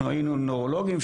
אנחנו היינו נוירולוגים.